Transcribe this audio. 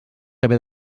haver